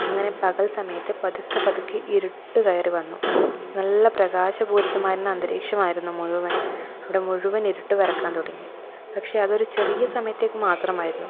അങ്ങനെ പകൽ സമയത്ത് പതുക്കെ പതുക്കെ ഇരുട്ട് കയറി വന്നു നല്ല പ്രകാശപൂരിതമായ അന്തരീക്ഷമായിരുന്നു മുഴുവൻ അവിടെ മുഴുവൻ ഇരുട്ട് പരക്കാൻ തുടങ്ങി പക്ഷെ അതൊരു ചെറിയ സമയത്തേക്ക് മാത്രമായിരുന്നു